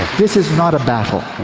this is not a battle.